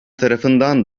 tarafından